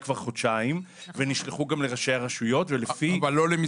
בדברים שאנחנו נדרשים אליהם כדי לקדם אל מול